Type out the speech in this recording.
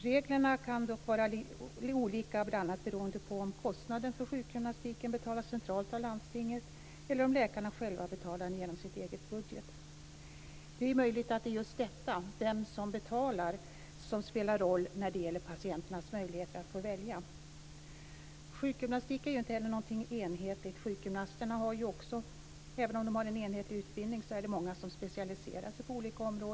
Reglerna kan dock vara olika beroende på om kostnaden för sjukgymnastiken betalas centralt av landstinget eller om läkarna själva betalar den genom sin egen budget. Det är möjligt att det är just detta, vem som betalar, som spelar roll när det gäller patienternas möjligheter att få välja. Sjukgymnastik är inte något enhetligt. Många sjukgymnaster specialiserar sig på olika områden, även om de har en enhetlig utbildning.